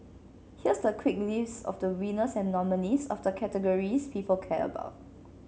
here's the quick list of the winners and nominees of the categories people care about